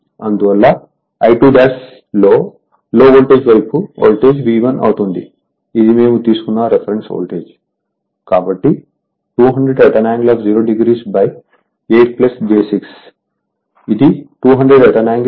అందువల్ల I2' లో voltage వైపు వోల్టేజ్ V1 అవుతుంది ఇది మేము తీసుకున్న రిఫరెన్స్ వోల్టేజ్ కాబట్టి 200 ∠00 8 j 6